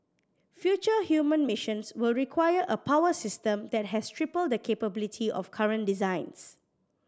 future human missions will require a power system that has triple the capability of current designs